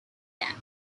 damage